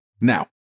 now